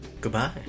Goodbye